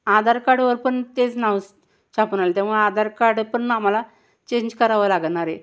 आधार कार्डवर पण तेच नाव छापून आलं आहे त्यामुळं आधार कार्ड पण आम्हाला चेंज करावं लागणार आहे